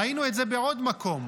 ראינו את זה בעוד מקום.